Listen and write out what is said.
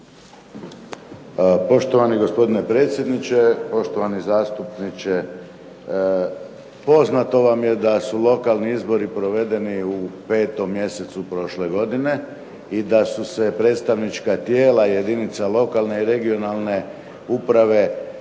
Poštovani gospodine predsjedniče, poštovani zastupniče. Poznato vam je da su lokalni izbori provedeni u 5. mjesecu prošle godine i da su se predstavnička tijela jedinica lokalne i regionalne uprave